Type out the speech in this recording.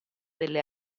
delle